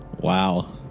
wow